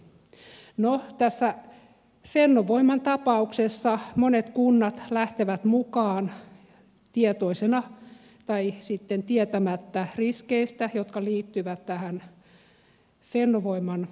tässä fennovoiman tapauksessa monet kunnat lähtevät mukaan tietoisina tai sitten tietämättä riskeistä jotka liittyvät tähän fennovoiman hankkeeseen